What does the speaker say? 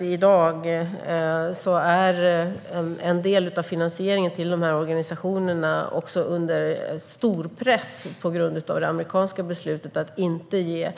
I dag är en del av finansieringen till dessa organisationer under stor press på grund av det amerikanska beslutet att inte ge